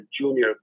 junior